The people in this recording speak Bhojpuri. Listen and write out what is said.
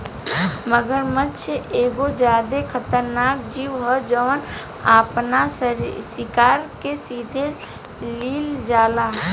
मगरमच्छ एगो ज्यादे खतरनाक जिऊ ह जवन आपना शिकार के सीधे लिल जाला